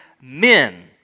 men